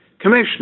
Commissioner